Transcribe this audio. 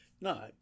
no